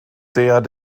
der